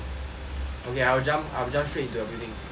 okay I'll jump I'll jump straight into your building right now